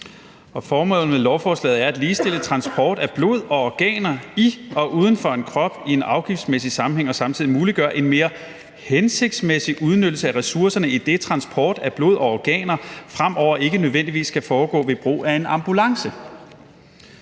Formålet med lovforslaget er at ligestille transport af blod og organer i og uden for en krop i en afgiftsmæssig sammenhæng og samtidig muliggøre en mere hensigtsmæssig udnyttelse af ressourcerne, idet transport af blod og organer fremover ikke nødvendigvis skal foregå ved brug af en ambulance.